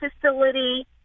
facility